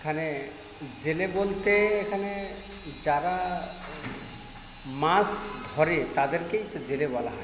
এখানে জেলে বলতে এখানে যারা মাছ ধরে তাদেরকেই তো জেলে বলা হয়